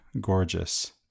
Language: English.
gorgeous